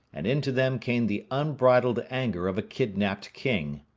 and into them came the unbridled anger of a kidnapped king.